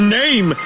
name